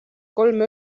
kolme